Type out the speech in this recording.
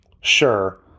Sure